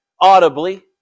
audibly